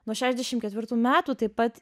nuo šešiasdešimt ketvirtų metų taip pat